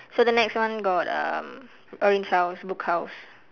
so the next one got uh orange house book house